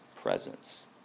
presence